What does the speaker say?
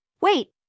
wait